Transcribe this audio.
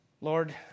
Lord